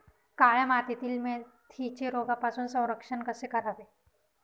काळ्या मातीतील मेथीचे रोगापासून संरक्षण कसे करावे?